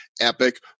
epic